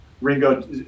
Ringo